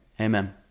Amen